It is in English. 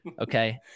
Okay